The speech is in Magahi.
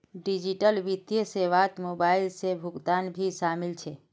डिजिटल वित्तीय सेवात मोबाइल से भुगतान भी शामिल छे